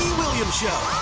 williams show.